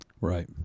Right